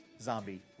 zombie